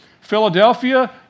Philadelphia